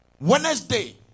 Wednesday